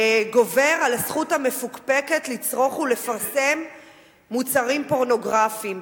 גוברת על הזכות המפוקפקת לצרוך ולפרסם מוצרים פורנוגרפיים.